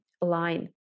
line